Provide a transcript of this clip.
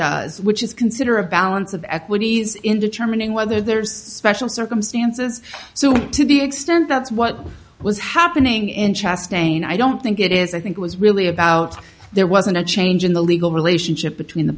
does which is consider a balance of equities in determining whether there's special circumstances so to the extent that's what was happening in chest pain i don't think it is i think it was really about there wasn't a change in the legal relationship between the